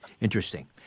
Interesting